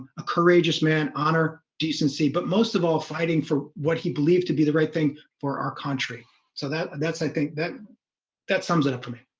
a courageous man honor decency but most of all fighting for what he believed to be the right thing for our country so that and that's i think that that sums it up for me.